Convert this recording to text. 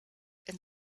and